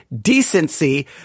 decency